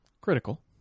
Critical